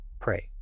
pray